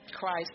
Christ